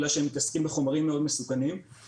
בגלל שהם מתעסקים בחומרים מאוד מסוכנים.